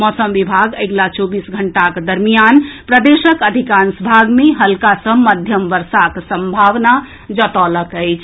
मौसम विभाग अगिला चौबीस घंटाक दरमियान प्रदेशक अधिकांश भाग मे हल्का सँ मध्यम वर्षाक सम्भावना जतौलक अछि